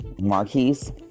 Marquise